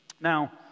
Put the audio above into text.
Now